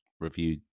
reviewed